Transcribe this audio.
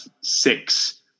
six